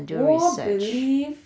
我 believe